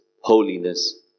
holiness